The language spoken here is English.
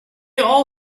all